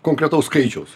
konkretaus skaičiaus